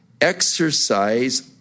exercise